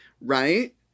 right